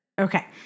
Okay